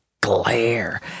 glare